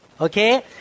Okay